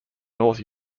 north